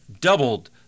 doubled